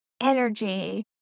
energy